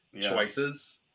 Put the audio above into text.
choices